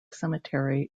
cemetery